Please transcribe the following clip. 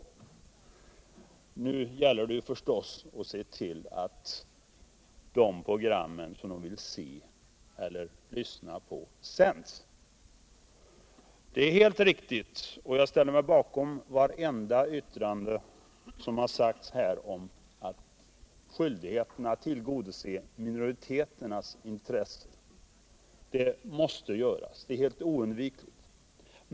Men då gäller förstås att se till att de program som de vill se eller lyssna på sänds. Dot är helt riktigt — jag ställer mig bakom vartenda yttrande här om detta — att vi har skyldighet att tillgodose minoriteternas intressen. Att det måste göras är helt oundvikligt.